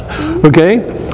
Okay